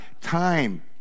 time